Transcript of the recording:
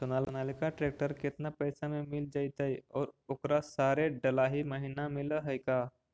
Sonalika tractor केतना पैसा में मिल जइतै और ओकरा सारे डलाहि महिना मिलअ है का?